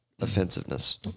offensiveness